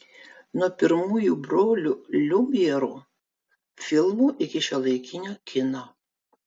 nuo pirmųjų brolių liumjerų filmų iki šiuolaikinio kino